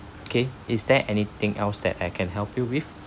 okay is there anything else that I can help you with